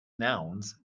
nouns